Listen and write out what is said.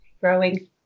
growing